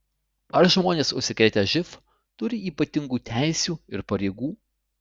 ar žmonės užsikrėtę živ turi ypatingų teisių ir pareigų